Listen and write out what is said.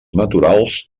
naturals